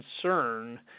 concern